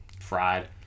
fried